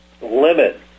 limit